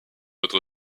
autre